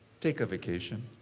take a vacation.